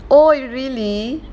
oh really